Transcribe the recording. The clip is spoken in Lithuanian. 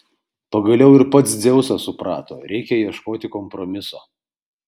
pagaliau ir pats dzeusas suprato reikia ieškoti kompromiso